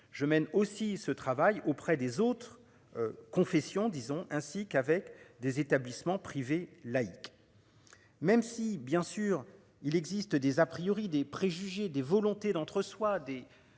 je mène aussi ce travail auprès des autres. Confessions disons ainsi qu'avec des établissements privés laïcs. Même si bien sûr il existe des a priori des préjugés, des volontés d'entre eux, soit